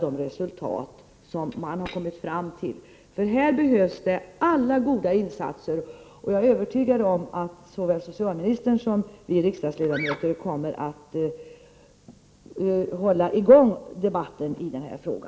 På detta område behövs alla goda insatser, och jag är övertygad om att såväl socialministern som vi riksdagsledamöter kommer att hålla i gång debatten i denna fråga.